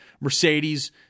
Mercedes